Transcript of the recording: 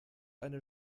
eine